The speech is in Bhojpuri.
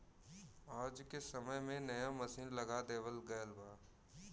आज के समय में नया मसीन लगा देवल गयल बा